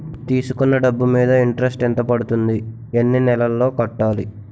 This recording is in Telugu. తీసుకున్న డబ్బు మీద ఇంట్రెస్ట్ ఎంత పడుతుంది? ఎన్ని నెలలో కట్టాలి?